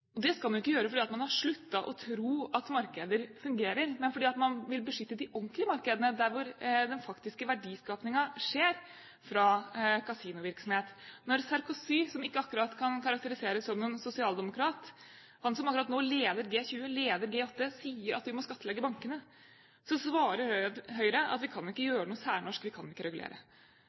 Det skal man jo ikke gjøre fordi man har sluttet å tro at markeder fungerer, men fordi man vil beskytte de «ordentlige» markedene, der hvor den faktiske verdiskapningen skjer, fra kasinovirksomhet. Når Sarkozy, som ikke akkurat kan karakteriseres som noen sosialdemokrat – han som akkurat nå leder G20, leder G8 – sier at vi må skattlegge bankene, svarer Høyre at vi kan ikke gjøre noe særnorsk, vi kan ikke regulere.